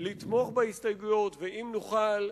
לתמוך בהסתייגויות, ואם נוכל,